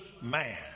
man